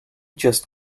just